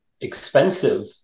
expensive